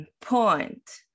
point